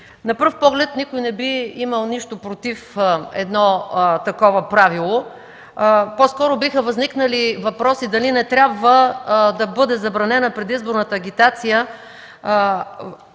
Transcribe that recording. На пръв поглед никой не би имал нищо против едно такова правило. По-скоро биха възникнали въпроси дали не трябва да бъде забранена предизборната агитация